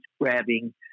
Grabbing